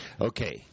Okay